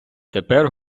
тепер